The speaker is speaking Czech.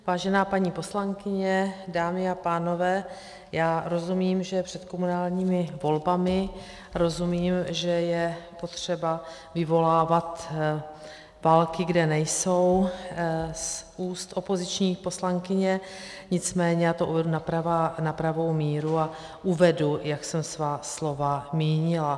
Vážená paní poslankyně, dámy a pánové, já rozumím, že je před komunálními volbami, rozumím, že je potřeba vyvolávat války, kde nejsou, z úst opoziční poslankyně, nicméně já to uvedu na pravou míru a uvedu, jak jsem svá slova mínila.